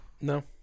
No